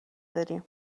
داریم